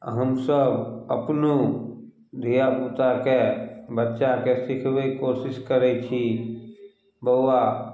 आ हमसभ अपनो धिआपुताके बच्चाके सिखबैके कोशिश करैत छी बउआ